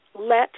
let